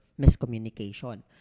miscommunication